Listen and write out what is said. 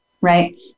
right